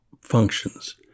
functions